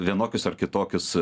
vienokius ar kitokius